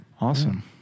Awesome